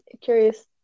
curious